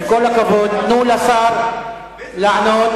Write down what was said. עם כל הכבוד, תנו לשר לענות.